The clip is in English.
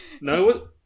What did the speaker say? No